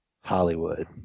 Hollywood